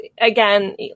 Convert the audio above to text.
again